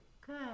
good